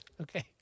okay